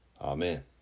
Amen